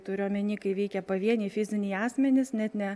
turiu omeny kai veikia pavieniai fiziniai asmenys net ne